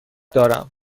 دارم